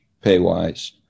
pay-wise